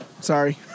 Sorry